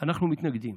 ואנחנו מתנגדים.